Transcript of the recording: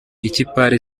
ikipari